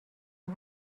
هام